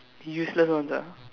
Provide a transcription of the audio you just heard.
useless ones ah